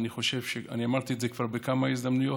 אני אמרתי את זה כבר בכמה הזדמנויות: